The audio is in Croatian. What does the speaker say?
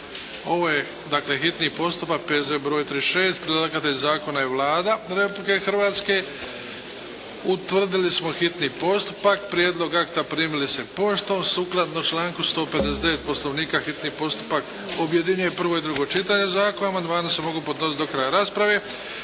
prvo i drugo čitanje, P.Z. br. 36 Predlagatelj zakona je Vlada Republike Hrvatske. Utvrdili smo hitni postupak. Prijedlog akta primili ste poštom. Sukladno članku 159. Poslovnika hitni postupak objedinjuje prvo i drugo čitanje zakona. Amandmani se mogu podnositi do kraja rasprave.